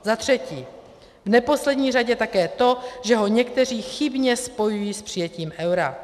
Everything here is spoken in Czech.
Za třetí, v neposlední řadě také to, že ho někteří chybně spojují s přijetím eura.